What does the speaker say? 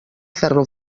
ferro